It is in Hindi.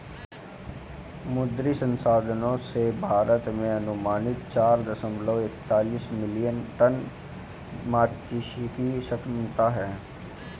मुद्री संसाधनों से, भारत में अनुमानित चार दशमलव एकतालिश मिलियन टन मात्स्यिकी क्षमता है